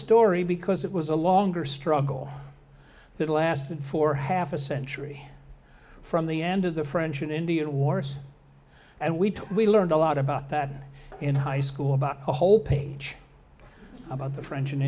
story because it was a longer struggle that lasted for half a century from the end of the french and indian wars and we talked we learned a lot about that in high school about a whole page about the french and